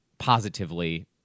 positively